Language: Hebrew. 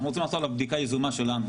אנחנו רוצים לעשות עליו בדיקה יזומה שלנו.